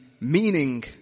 meaning